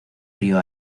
río